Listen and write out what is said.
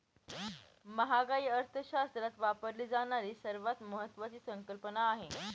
महागाई अर्थशास्त्रात वापरली जाणारी सर्वात महत्वाची संकल्पना आहे